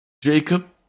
Jacob